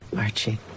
Archie